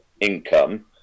income